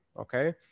okay